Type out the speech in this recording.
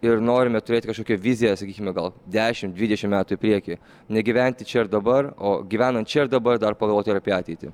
ir norime turėti kažkokią viziją sakykime gal dešimt dvidešimt metų į priekį negyventi čia ir dabar o gyvenant čia ir dabar dar pagalvoti ir apie ateitį